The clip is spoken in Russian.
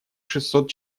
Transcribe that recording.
шестьсот